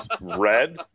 red